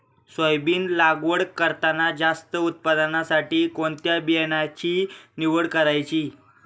Soybean लागवड करताना जास्त उत्पादनासाठी कोणत्या बियाण्याची निवड करायची?